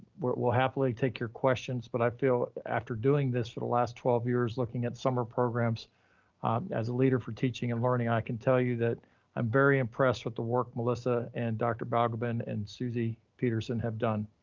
we'll happily take your questions. but i feel after doing this for the last twelve years, looking at summer programs as a leader for teaching and learning, i can tell you that i'm very impressed with the work melissa and dr. balgobin and susy peterson have done,